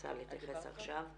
רוצה להתייחס עכשיו?